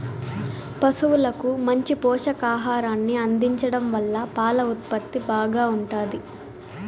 పసువులకు మంచి పోషకాహారాన్ని అందించడం వల్ల పాల ఉత్పత్తి బాగా ఉంటాది